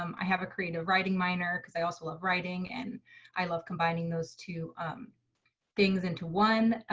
um i have a creative writing minor because i also love writing and i love combining those two things into one.